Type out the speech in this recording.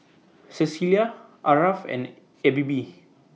Cecelia Aarav and E B B